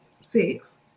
six